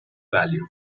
value